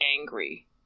angry